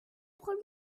problème